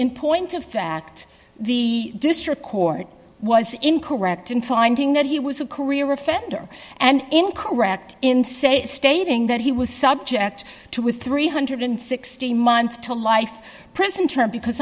in point of fact the district court was incorrect in finding that he was a career offender and incorrect in say stating that he was subject to with three hundred and sixty month to life prison term because